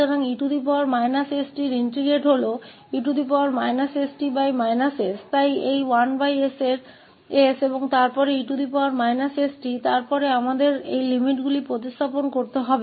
तो e st का एकीकरण e sT s है इसलिए यह 1s और फिर e st और फिर हमें इन सीमाओं को प्रतिस्थापित करना होगा